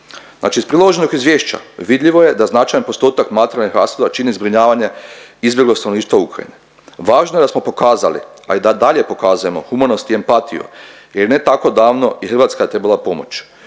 Znači iz priloženog izvješća vidljivo je da značajan postotak materijalnih rashoda čini zbrinjavanje izbjeglog stanovništva Ukrajine. Važno je da smo pokazali, a i da dalje pokazujemo humanost i empatiju jer ne tako davno i Hrvatska je trebala pomoć.